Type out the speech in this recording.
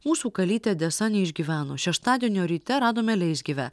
mūsų kalytė desa neišgyveno šeštadienio ryte radome leisgyvę